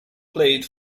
played